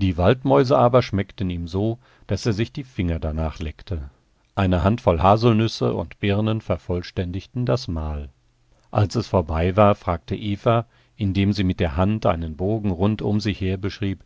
die waldmäuse aber schmeckten ihm so daß er sich die finger danach leckte eine handvoll haselnüsse und birnen vervollständigten das mahl als es vorbei war fragte eva indem sie mit der hand einen bogen rund um sich her beschrieb